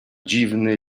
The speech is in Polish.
dziwny